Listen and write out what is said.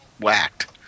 whacked